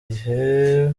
gihe